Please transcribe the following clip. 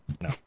no